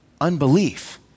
unbelief